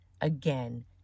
Again